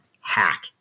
Hack